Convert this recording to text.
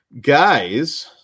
guys